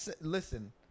listen